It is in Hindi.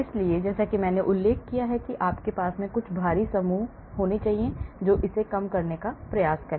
इसलिए जैसा कि मैंने उल्लेख किया है कि पास के कुछ भारी समूह डालकर इसे कम करने का प्रयास करें